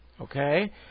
Okay